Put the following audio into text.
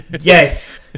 Yes